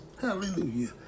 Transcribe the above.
Hallelujah